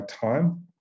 time